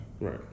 Right